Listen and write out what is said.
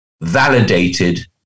validated